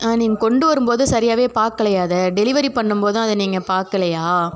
ஆ நீங்கள் கொண்டு வரும்போது சரியாகவே பார்க்கலையா அதை டெலிவரி பண்ணும்போதும் அதை நீங்கள் பார்க்கலையா